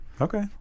Okay